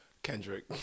Kendrick